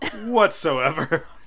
whatsoever